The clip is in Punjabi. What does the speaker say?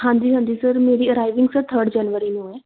ਹਾਂਜੀ ਹਾਂਜੀ ਸਰ ਮੇਰੀ ਅਰਾਵਿੰਗ ਸਰ ਥਰਡ ਜਨਵਰੀ ਨੂੰ ਹੈ